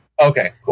Okay